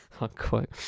Unquote